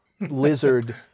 Lizard